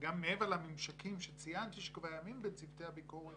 מעבר לממשקים שציינתי שקיימים בצוותי הביקורת,